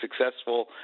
successful